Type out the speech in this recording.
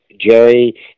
Jerry